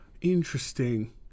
Interesting